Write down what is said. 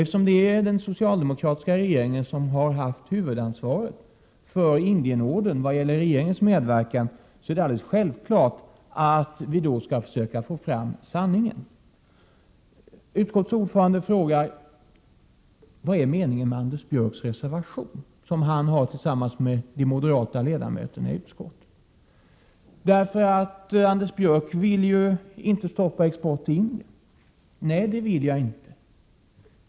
Eftersom det är den socialdemokratiska regeringen som har haft huvudansvaret för Indienorden såvitt gäller regeringens medverkan, är det alldeles självklart att vi försökt få fram sanningen. Utskottets ordförande frågar: Vilken är meningen med Anders Björcks reservation tillsammans med de moderata ledamöterna i utskottet? Anders Björck vill ju inte stoppa vapenexporten till Indien, säger Olle Svensson. Nej, det vill jag inte.